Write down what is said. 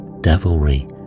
devilry